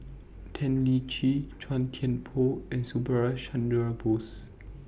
Tan Lian Chye Chua Thian Poh and Subhas Chandra Bose